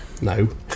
No